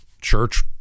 Church